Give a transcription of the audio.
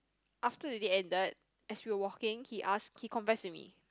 after the date ended as we were walking he asked he confessed to me